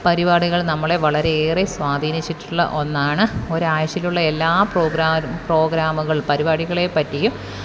പരിപാടികള് നമ്മളെ വളരെയേറെ സ്വാധീനിച്ചിട്ടുള്ള ഒന്നാണ് ഒരാഴ്ചക്കുള്ള എല്ലാ പ്രോഗ്രാ പ്രോഗ്രാമുകള് പരിപാടികളെപ്പറ്റിയും